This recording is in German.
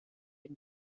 dem